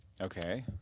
Okay